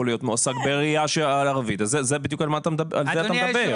להיות מועסק בעירייה ערבית - על זה אתה מדבר.